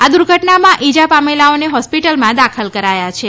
આ દુર્ઘટનામાં ઈજા પામેલાઓને હોસ્પિટલમાં દાખલ કરાયા છે